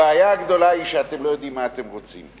הבעיה הגדולה היא שאתם לא יודעים מה אתם רוצים.